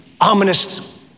ominous